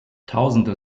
tausende